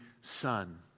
son